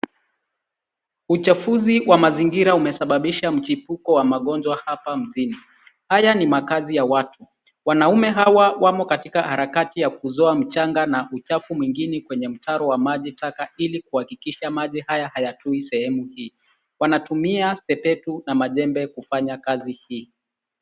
Uchafuzi wa mazingira umesababisha mchipuko wa magonjwa hapa mjini. Haya ni makazi ya watu. Wanaume hawa wamo katika harakati ya kuzoa mchanga na uchafu mwingine kwenye mtaro wa maji taka, ilikuhakikisha maji haya hayatui sehemu hii. Wanatumia sepetu na majembe kufanya kazi hii.